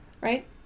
Right